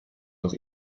noch